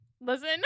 Listen